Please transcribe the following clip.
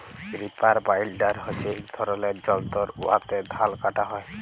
reaper binder হছে ইক ধরলের যল্তর উয়াতে ধাল কাটা হ্যয়